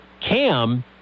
Cam